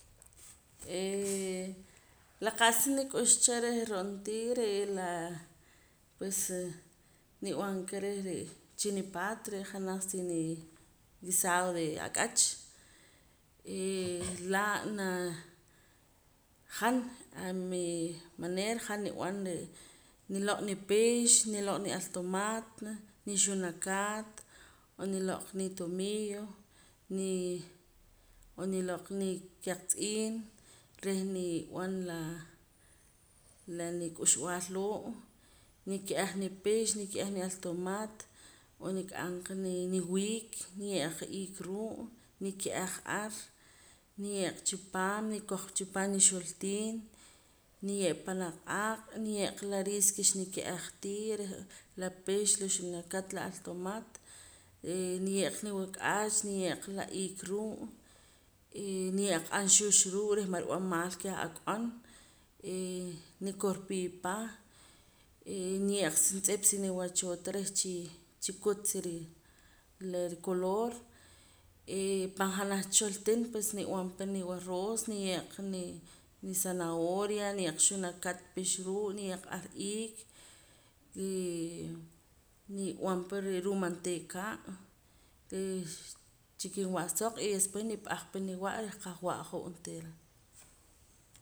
la qa'sa nik'ux cha reh ro'ntii ree' laa pues nib'an ka re'ee chi nipaat re' janaj si nii quisado reh ak'ach he laa' na han a mi manera han nib'an re' niloq' nipix niloq' ni' altomat nixunakaat n'oo niloq'oq qa nitomillo ni n'oo niloq' qa nii kiaq tz'iin reh nib'an laa la nik'uxb'aal loo' nike'aj nipix nike'aj ni'altomat n'oo nik'am qa niwiik niye' ar qa iik ruu' nike'aj ar niye' qa chipaam nikoj chipaam nuxortiin niye'pa panaa' q'aaq' niye'qa la riij ke xnike'aj tii reh la pix la xunakat la altomat eh niye' qa niwak'aach niye' qa la iik ruu' y niye' aq aanxux ruu' reh man rib'an maal keh ak'on eh nikorpii pa eh niye' qa juntz'ip si niwachoo ta reh chii chikut si rii la rikoloor he pan janaj cha xortiin pues nib'an pa ni waroos niye' qa ni nizanahoria niye'qa xunakat pix ruu' niye' qa ar iik y nib''an pa re' ruu' manteeka' he chikin wa'a soq y después nip'aj pa niwa' reh qahwa'a hoj onteera